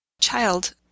Child